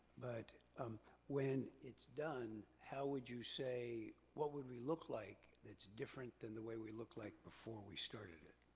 but um when it's done, how would you say, what would we look like that's different than the way we look like before we started it?